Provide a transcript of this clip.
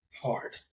hard